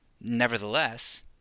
Nevertheless